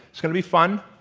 it's gonna be fun,